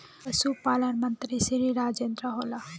पशुपालन मंत्री श्री राजेन्द्र होला?